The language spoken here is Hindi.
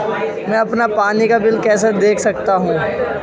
मैं अपना पानी का बिल कैसे देख सकता हूँ?